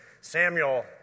Samuel